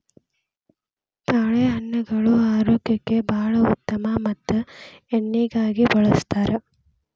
ತಾಳೆಹಣ್ಣುಗಳು ಆರೋಗ್ಯಕ್ಕೆ ಬಾಳ ಉತ್ತಮ ಮತ್ತ ಎಣ್ಣಿಗಾಗಿ ಬಳ್ಸತಾರ